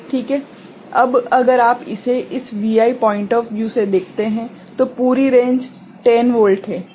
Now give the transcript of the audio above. अब अगर आप इसे इस Vi पॉइंट ऑफ व्यू से देखते हैं तो पूरी रेंज 10 वोल्ट है